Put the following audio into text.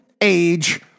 age